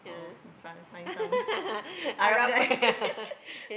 oh oh find find some Arab guy